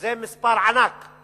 זה מספר ענק אם